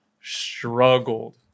struggled